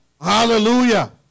Hallelujah